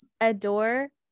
adore